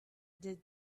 did